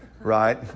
Right